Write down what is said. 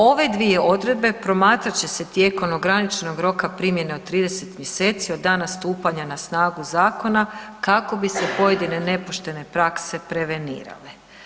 Ove dvije odredbe promatrat će se tijekom ograničenog roka primjene od 30 mj. od dana stupanja na snagu zakona, kako bi se pojedine nepoštene prakse prevenirale.